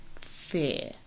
fear